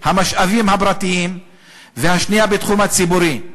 המשאבים הפרטיים והשנייה בתחום הציבורי.